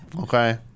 Okay